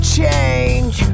change